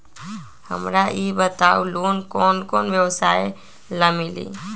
हमरा ई बताऊ लोन कौन कौन व्यवसाय ला मिली?